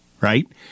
right